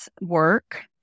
work